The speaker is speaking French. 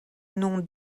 nom